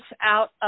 out